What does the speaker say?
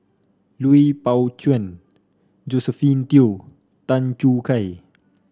Lui Pao Chuen Josephine Teo Tan Choo Kai